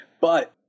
but-